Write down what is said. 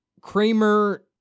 Kramer